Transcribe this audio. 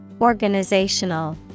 Organizational